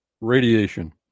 radiation